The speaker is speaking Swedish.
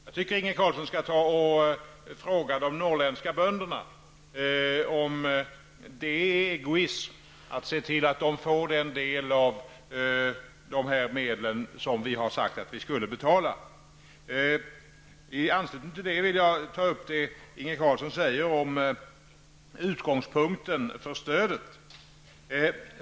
Jag tycker att Inge Carlsson skall ta och fråga de norrländska bönderna om det är egoism att se till att de får den del av de medel som vi har sagt att vi skall betala. I anslutning till detta vill jag ta upp det som Inge Carlsson sade om utgångspunkten för stödet.